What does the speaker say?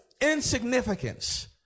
Insignificance